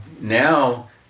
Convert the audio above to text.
now